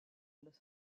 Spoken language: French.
los